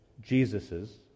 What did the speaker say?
Jesus's